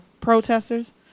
protesters